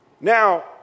Now